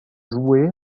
jouée